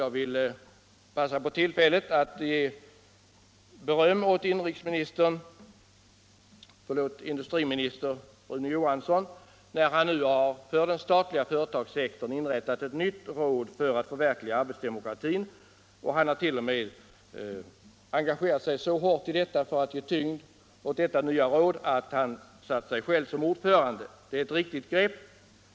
Jag vill passa på tillfället att berömma industriminister Rune Johansson för att han för den statliga företagssektorn har inrättat ett nytt råd med uppgift att försöka förverkliga arbetsdemokratin och t.o.m. engagerat sig så hårt att han för att ge tyngd åt arbetet i det nya rådet har satt sig själv som ordförande där. Det är ett riktigt grepp.